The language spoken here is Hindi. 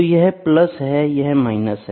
तो यह प्लस है यह माइनस है